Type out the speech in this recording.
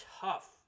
tough